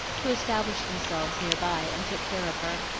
who established themselves near by and took care of her,